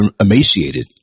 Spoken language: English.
emaciated